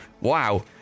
Wow